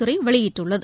துறை வெளியிட்டுள்ளது